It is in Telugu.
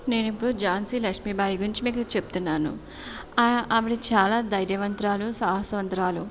నేను ఇప్పుడు ఝాన్సీ లక్ష్మీబాయి గురించి మీకు చెప్తున్నాను ఆవిడ చాలా ధైర్యవంతురాలు సాహసవంతురాలు